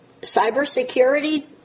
cybersecurity